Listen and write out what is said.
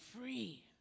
free